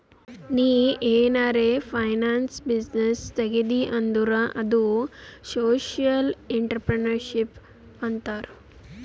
ನೀ ಏನಾರೆ finance business ತೆಗ್ದಿ ಅಂದುರ್ ಅದು ಸೋಶಿಯಲ್ ಇಂಟ್ರಪ್ರಿನರ್ಶಿಪ್ ಅಂತಾರ್